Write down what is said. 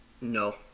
no